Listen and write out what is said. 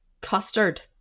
custard